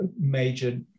major